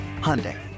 Hyundai